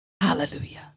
Hallelujah